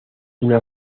una